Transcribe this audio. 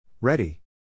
Ready